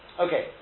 Okay